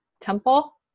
temple